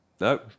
No